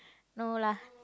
no lah